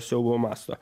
siaubo masto